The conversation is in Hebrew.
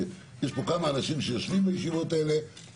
יש פה כמה אנשים שיושבים בישיבות האלה